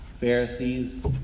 Pharisees